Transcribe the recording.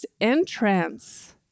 entrance